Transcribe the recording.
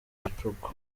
gicuku